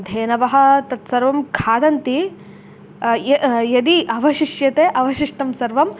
धेनवः तत् सर्वं खादन्ति य यदि अवशिष्यते अवशिष्टं सर्वम्